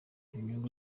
inyungu